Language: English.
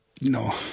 no